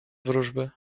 wróżby